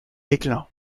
déclin